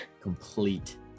complete